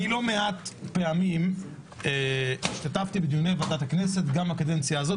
אני לא מעט פעמים השתתפתי בדיוני ועדת הכנסת גם בקדנציה הזאת